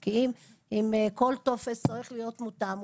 כי אם כל טופס צריך להיות מותאם,